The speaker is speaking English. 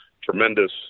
tremendous